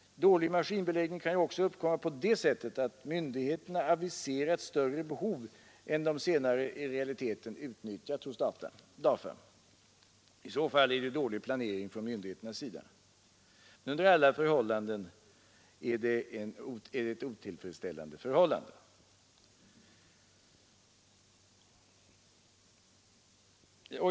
Dålig maskinbeläggning kan också uppkomma på det sättet, att myndigheterna aviserat större behov än de sedan i realiteten utnyttjat hos DAFA. I så fall är det ju dålig planering från myndigheternas sida. Under alla förhållanden är det otillfredsställande.